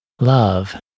Love